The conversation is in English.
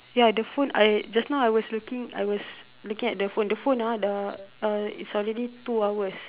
ya the phone I just now I was looking I was looking at the phone the phone ah the uh is already two hours